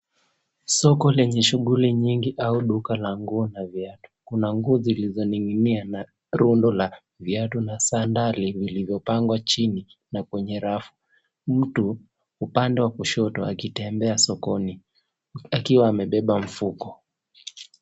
Soko lenye shughuli nyingi au duka la nguo na viatu. Kuna nguo zilizoning'inia na rundo la viatu na sanda lililopangwa chini na kwenye rafu. Mtu upande wa kushoto akitembea sokoni akiwa amebeba mfuko.